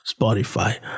Spotify